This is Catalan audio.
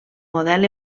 model